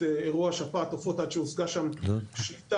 אירוע שפעת העופות עד שהושגה שם שליטה,